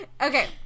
Okay